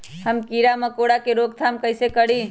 हम किरा मकोरा के रोक थाम कईसे करी?